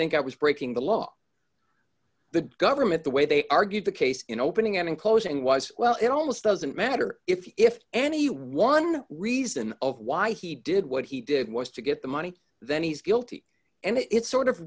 think i was breaking the law the government the way they argued the case in opening and closing was well it almost doesn't matter if any one reason why he did what he did was to get the money then he's guilty and it sort of